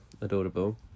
Adorable